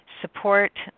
support